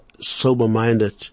sober-minded